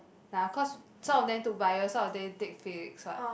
nah cause some of them took bio some of them take physics what